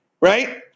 right